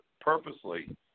purposely